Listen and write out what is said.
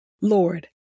Lord